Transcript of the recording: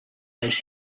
les